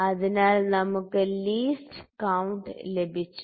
അതിനാൽ നമുക് least count ലഭിച്ചു